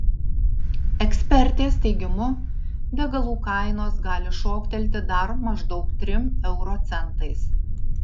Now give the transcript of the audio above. ekspertės teigimu degalų kainos gali šoktelti dar maždaug trim euro centais